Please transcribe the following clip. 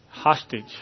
hostage